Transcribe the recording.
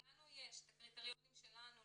לנו יש את הקריטריונים שלנו,